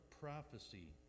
prophecy